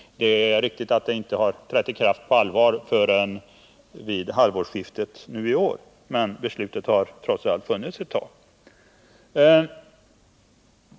Det är riktigt att förbudet inte trädde i kraft på allvar förrän vid halvårsskiftet i år, men beslutet har trots allt funnits ett tag.